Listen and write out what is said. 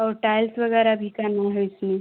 और टायल्स वग़ैरह भी करना है इसमें